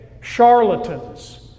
charlatans